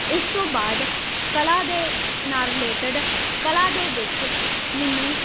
ਇਸ ਤੋਂ ਬਾਅਦ ਕਲਾ ਦੇ ਨਾਲ ਰਿਲੇਟਡ ਕਲਾ ਦੇ ਵਿੱਚ ਮੈਨੂੰ